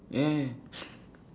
yeah yeah